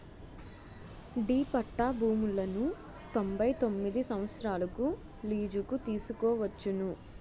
D పట్టా భూములను తొంభై తొమ్మిది సంవత్సరాలకు లీజుకు తీసుకోవచ్చును